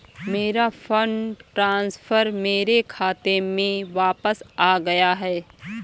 मेरा fund transfer मेरे खाते में वापस आ गया है